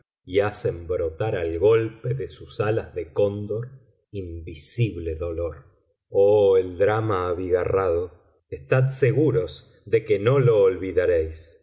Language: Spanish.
y hacen brotar al golpe de sus alas de cóndor invisible dolor oh el drama abigarrado estad seguros de que no lo olvidaréis